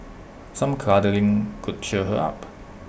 some cuddling could cheer her up